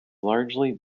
largely